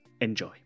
Enjoy